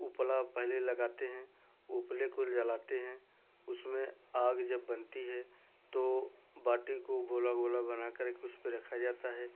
उपला पहले लगाते हैं उपले को जलाते हैं उसमें आग जब बनती है तो बाटी को गोला गोला बना करके उसपे रखा जाता है